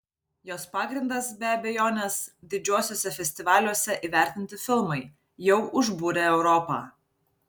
jos pagrindas be abejonės didžiuosiuose festivaliuose įvertinti filmai jau užbūrę europą